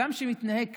אדם שמתנהג ככה,